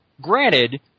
granted